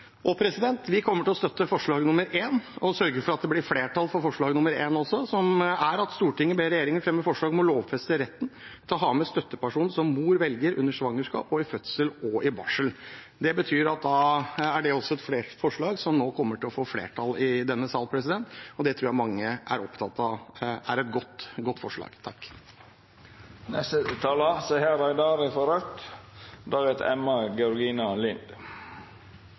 Vi kommer til å støtte forslag nr. 1, og vi sørger for at det blir flertall for forslaget også, som er at Stortinget ber regjeringen fremme forslag om å lovfeste retten til å ha med støtteperson som mor velger, under svangerskap og i fødsel og i barsel. Det betyr at det også er et forslag som nå kommer til å få flertall i denne sal, og jeg tror mange er opptatt av at det er et godt forslag.